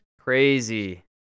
crazy